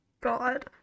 God